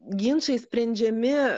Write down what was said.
ginčai sprendžiami